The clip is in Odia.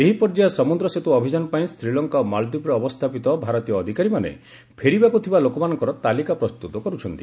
ଏହି ପର୍ଯ୍ୟାୟ ସମୁଦ୍ର ସେତୁ ଅଭିଯାନ ପାଇଁ ଶ୍ରୀଲଙ୍କା ଓ ମାଳଦ୍ୱୀପ୍ରେ ଅବସ୍ଥାପିତ ଭାରତୀୟ ଅଧିକାରୀମାନେ ଫେରିବାକୁ ଥିବା ଲୋକମାନଙ୍କର ତାଲିକା ପ୍ରସ୍ତୁତ କରୁଛନ୍ତି